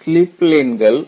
slip பிளேன்கள்